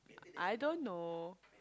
I don't know